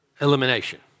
elimination